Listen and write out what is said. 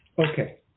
Okay